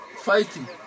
fighting